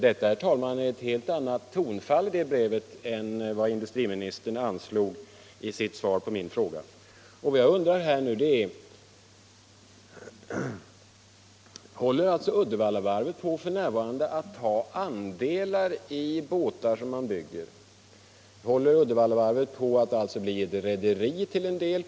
Det är, herr talman, ett helt annat tonfall i det brevet än vad industriministern anslog i sitt svar på min fråga. Vad jag nu undrar är: Håller LL Uddevallavarvet f.n. på att ta andelar i båtar som varvet bygger, och Om ordersituatiohåller alltså varvet på att till en del bli ett rederi på kuppen?